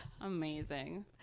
amazing